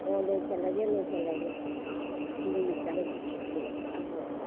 ꯑꯣ ꯂꯣꯏꯁꯜꯂꯒꯦ ꯂꯣꯏꯁꯜꯂꯒꯦ ꯑꯗꯨꯒ ꯆꯠꯂꯁꯤ ꯍꯣꯔꯦꯟ ꯍꯣ ꯍꯣ